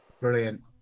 Brilliant